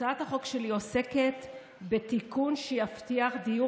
הצעת החוק שלי עוסקת בתיקון שיבטיח דיור